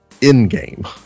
in-game